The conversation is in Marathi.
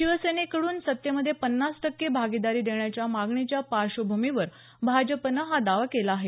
शिवसेनेकडून सत्तेमध्ये पन्नास टक्के भागीदारी देण्याच्या मागणीच्या पार्श्वभूमीवर भाजपनं हा दावा केला आहे